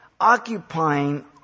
occupying